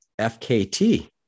FKT